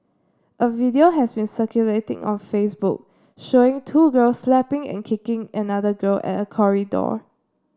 a video has been circulating on Facebook showing two girls slapping and kicking another girl at a corridor